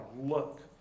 look